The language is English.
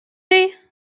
day